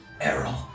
Errol